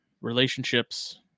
relationships